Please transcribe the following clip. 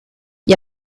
gli